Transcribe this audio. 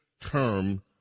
term